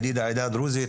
ידיד העדה הדרוזית,